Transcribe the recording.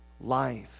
life